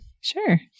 Sure